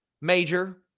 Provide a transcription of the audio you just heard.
major